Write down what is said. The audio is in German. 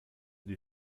die